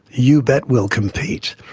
you bet we'll compete,